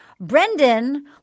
Brendan